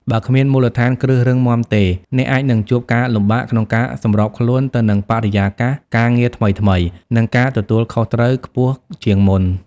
បើគ្មានមូលដ្ឋានគ្រឹះរឹងមាំទេ អ្នកអាចនឹងជួបការលំបាកក្នុងការសម្របខ្លួនទៅនឹងបរិយាកាសការងារថ្មីៗ និងការទទួលខុសត្រូវខ្ពស់ជាងមុន។